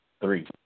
three